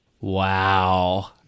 Wow